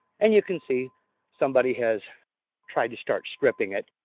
and you can see somebody has tried to start stripping it,